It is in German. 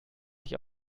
ich